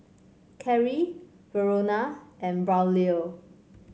Karrie Verona and Braulio